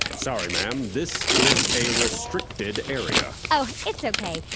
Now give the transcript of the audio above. sorry, ma'am. this is a restricted area oh, it's ok.